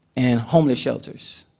and homeless shelters.